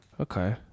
Okay